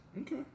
Okay